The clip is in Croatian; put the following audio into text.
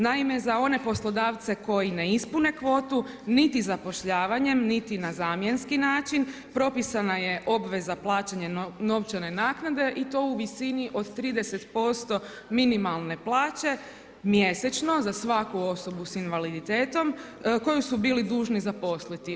Naime, za one poslodavce koji ne ispune kvotu, niti zapošljavanjem, niti na zamjenski način, propisana je obveza plaćanja novčane naknade i to u visini od 30% minimalne plaće mjesečno za svaku osobu s invaliditetom koju su bili dužni zaposliti.